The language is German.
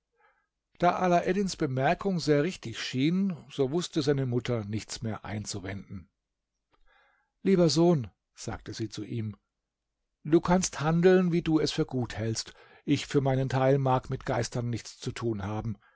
da alaeddins bemerkung sehr richtig schien so wußte seine mutter nichts mehr einzuwenden lieber sohn sagte sie zu ihm du kannst handeln wie du es für gut hältst ich für meinen teil mag mit geistern nichts zu tun haben